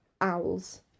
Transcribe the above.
owls